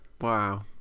Wow